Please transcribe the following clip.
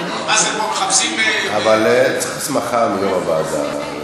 מה זה, פה מחפשים, אבל צריך הסמכה מיו"ר הוועדה.